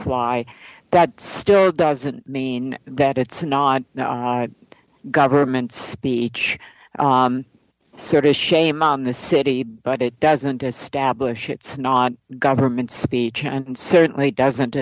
fly that still doesn't mean that it's not government speech sort of shame on the city but it doesn't establish it's not government speech and certainly doesn't